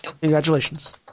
Congratulations